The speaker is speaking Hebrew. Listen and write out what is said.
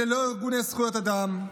אלה לא ארגוני זכויות אדם,